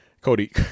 Cody